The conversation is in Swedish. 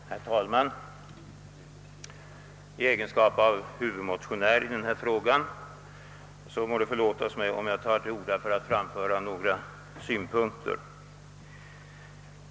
Herr talman! Eftersom jag är huvudmotionär i denna fråga må det förlåtas mig om jag tar till orda för att framföra några synpunkter.